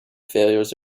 failures